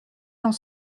dans